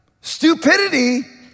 Stupidity